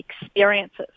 experiences